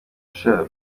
usher